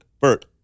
Bert